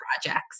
projects